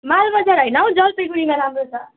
मालबजारमा हैन हो जलपाइगुडीमा राम्रो छ